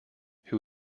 who